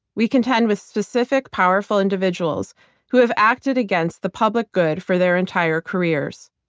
we contend with specific powerful individuals who have acted against the public good for their entire careers.